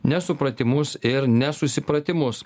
nesupratimus ir nesusipratimus